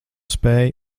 spēj